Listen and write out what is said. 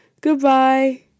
Goodbye